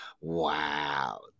Wow